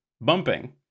bumping